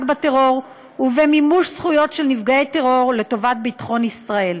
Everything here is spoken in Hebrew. בטרור ובמימוש זכויות של נפגעי טרור לטובת ביטחון ישראל.